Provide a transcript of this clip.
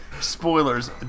Spoilers